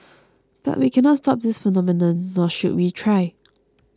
but we cannot stop this phenomenon nor should we try